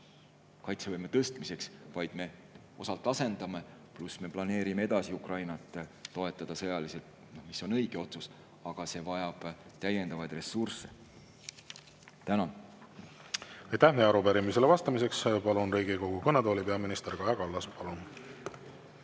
kaitsevõime tõstmiseks, vaid me osalt asendame. Pluss me planeerime Ukrainat edasi toetada sõjaliselt, mis on õige otsus, aga see vajab täiendavaid ressursse. Tänan! Aitäh! Arupärimisele vastamiseks palun Riigikogu kõnetooli peaminister Kaja Kallase.